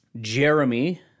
Jeremy